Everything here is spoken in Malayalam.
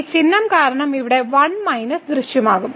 ഈ ചിഹ്നം കാരണം ഇവിടെ 1 മൈനസ് ദൃശ്യമാകും